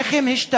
איך הם השתפרו?